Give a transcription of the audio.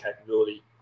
capability